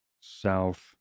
south